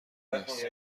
نیست